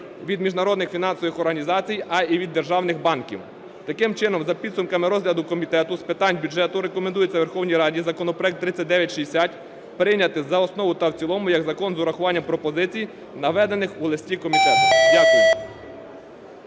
від міжнародних фінансових організацій, а і від державних банків. Таким чином за підсумками розгляду Комітету з питань бюджету рекомендується Верховній Раді законопроект 3960 прийняти за основу та в цілому як закон з урахуванням пропозицій, наведених у листі комітету. Дякую.